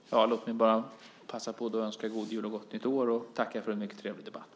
Fru talman! Låt mig bara passa på att önska god jul och gott nytt år och tacka för en mycket trevlig debatt.